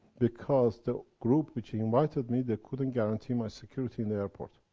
because the group which invited me, they couldn't guarantee my security in the airport.